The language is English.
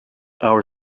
our